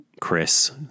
Chris